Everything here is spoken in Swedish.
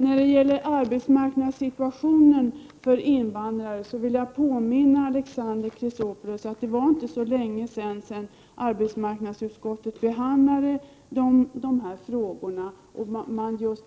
När det gäller arbetsmarknadssituationen för invandrare vill jag påminna Alexander Chrisopoulos om att arbetsmarknadsutskottet för inte så länge sedan behandlade de här frågorna och just